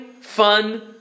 fun